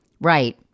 right